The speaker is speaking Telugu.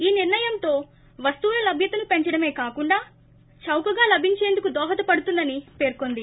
ఈ నిర్ణయంతో వస్తువుల లభ్యతను పెంచడమే కాకుండా చౌకగా లభించేందుకు దోహదపడుతుందని పేర్కొంది